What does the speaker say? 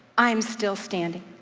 i'm still standing.